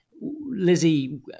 Lizzie